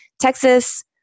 Texas